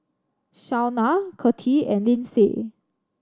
Shaunna Cathie and Lyndsay